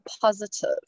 positive